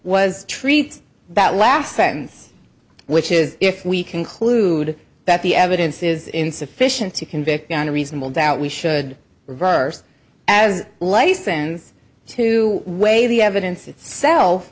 was treat that last sentence which is if we conclude that the evidence is insufficient to convict beyond a reasonable doubt we should reverse as license to weigh the evidence itself